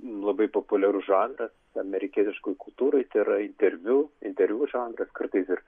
labai populiarus žanras amerikietiškoj kultūroj tai yra interviu interviu žanras kartais ir